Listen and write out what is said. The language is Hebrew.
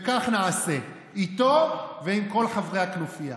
וכך נעשה איתו ועם כל חברי הכנופיה.